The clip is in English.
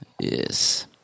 yes